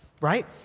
right